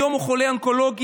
היום הוא חולה אונקולוגי,